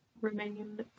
Remain